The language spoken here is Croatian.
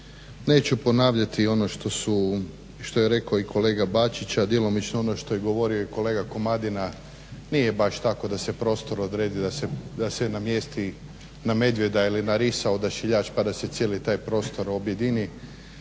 su i ono što je rekao kolega Bačić, a djelomično ono što je govorio i kolega Komadina. Nije baš tako da se prostor odredi da se namjesti na medvjeda ili na risa odašiljač pa da se cijeli taj prostor objedini.